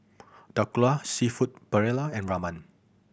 Dhokla Seafood Paella and Ramen